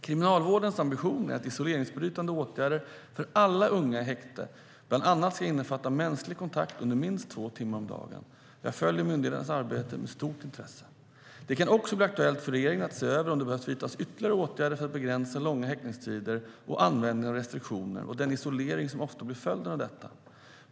Kriminalvårdens ambition är att isoleringsbrytande åtgärder för alla unga i häkte bland annat ska innefatta mänsklig kontakt under minst två timmar om dagen. Jag följer myndigheternas arbete med stort intresse. Det kan också bli aktuellt för regeringen att se över om det behöver vidtas ytterligare åtgärder för att begränsa långa häktningstider och användningen av restriktioner och den isolering som ofta blir följden av detta.